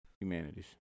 Humanities